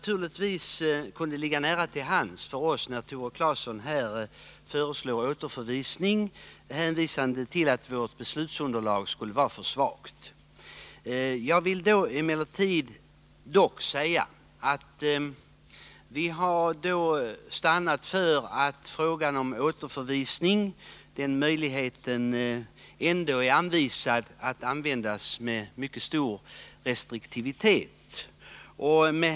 Tore Claeson föreslår att ärendet skall återförvisas till utskottet, hänvisande till att utskottets beslutsunderlag skulle ha varit för svagt. Jag vill då erinra om att möjligheten att återförvisa ett ärende bör användas med mycket stor restriktivitet.